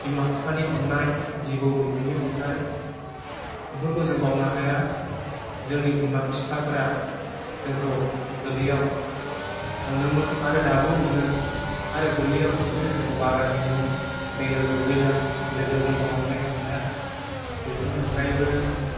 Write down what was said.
बिमा बिफानि अन्नाय बिबौ बिबैनि अन्नाय बेफोरखौ जों बावनो हाया जोंनि बिमा बिफाफ्रा जोंखौ गोरलैयाव अनोमोन आरो दाबो अनो आरो गोरलैयाव बिसोरो जोंखौ बादा होयोमोन दैयाव दुगैब्ला लोगोफोरजों बेफोरनि अनगायैबो